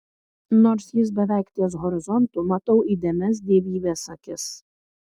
nors jis beveik ties horizontu matau įdėmias dievybės akis